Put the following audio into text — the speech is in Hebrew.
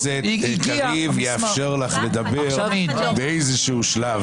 הכנסת קריב יאפשר לך לדבר באיזה שלב.